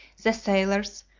the sailors,